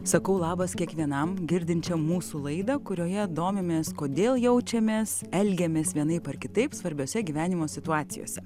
sakau labas kiekvienam girdinčiam mūsų laidą kurioje domimės kodėl jaučiamės elgiamės vienaip ar kitaip svarbiose gyvenimo situacijose